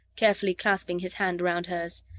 carefully clasping his hand around hers.